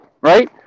right